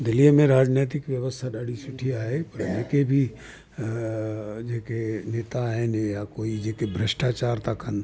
दिल्लीअ में राजनेतिक व्यवस्था ॾाढी सुठी आहे पर जेके बि जेके नेता आहिनि या कोई जेके भ्रष्टाचार था कनि